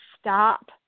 stop